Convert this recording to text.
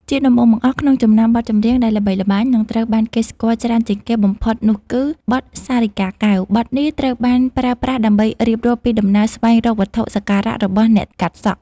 ជាដំបូងបង្អស់ ក្នុងចំណោមបទចម្រៀងដែលល្បីល្បាញ និងត្រូវបានគេស្គាល់ច្រើនជាងគេបំផុតនោះគឺ បទ សារិកាកែវ ។ បទនេះត្រូវបានប្រើប្រាស់ដើម្បីរៀបរាប់ពីដំណើរស្វែងរកវត្ថុសក្ការៈរបស់អ្នកកាត់សក់